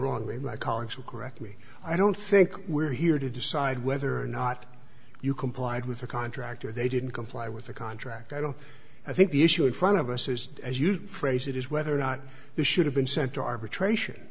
wrong maybe my colleagues will correct me i don't think we're here to decide whether or not you complied with the contract or they didn't comply with the contract i don't i think the issue in front of us is as you phrase it is whether or not this should have been sent to arbitration